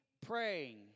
praying